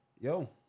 yo